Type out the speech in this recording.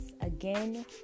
again